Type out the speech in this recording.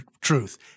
truth